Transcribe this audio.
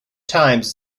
times